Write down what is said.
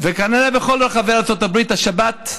וכנראה בכל רחבי ארצות הברית השבת,